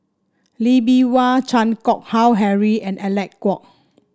Lee Bee Wah Chan Keng Howe Harry and Alec Kuok